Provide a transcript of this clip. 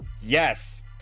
yes